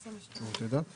המקומיות.